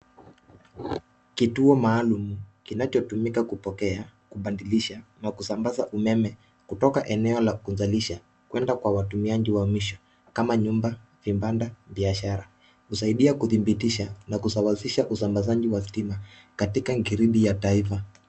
Kituo maalumu, kinachotumika kupokea, kubadilisha, na kusambaza umeme kutoka eneo la kuzalisha kwenda kwa watumiaji wa mwisho kama nyumba, vibanda, biashara. Husaidia kudhibitisha na kusawazisha usambazaji wa stima katika gridi ya taifa.